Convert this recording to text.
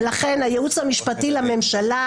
ולכן הייעוץ המשפטי לממשלה,